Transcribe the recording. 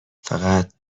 فقط